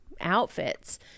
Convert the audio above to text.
outfits